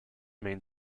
main